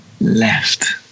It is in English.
Left